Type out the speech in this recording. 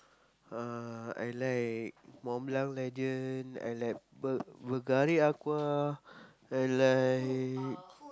uh I like Montblanc Legend I like Bul~ Bvlgari Aqua I like